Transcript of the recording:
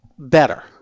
better